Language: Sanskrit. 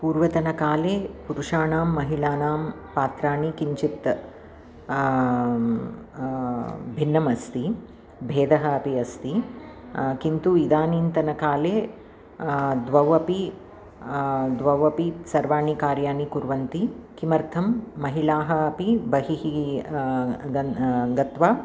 पूर्वतनकाले पुरुषाणां महिलानां पात्राणि किञ्चित् भिन्नमस्ति भेदः अपि अस्ति किन्तु इदानीन्तनकाले द्वावपि द्वावपि सर्वाणि कार्याणि कुर्वन्ति किमर्थं महिलाः अपि बहिः गन् गत्वा